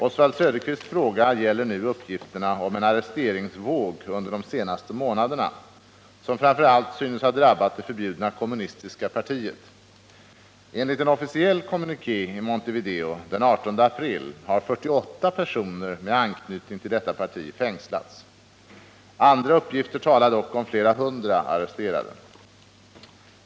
Oswald Söderqvists fråga gäller nu uppgifterna om en arresteringsvåg under de senaste månaderna, som framför allt synes ha drabbat det förbjudna kommunistiska partiet. Enligt en officiell kommuniké i Montevideo den 18 april har 48 personer med anknytning till detta parti fängslats. Andra uppgifter talar dock om flera hundra arresterade.